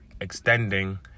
extending